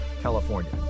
California